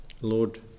Lord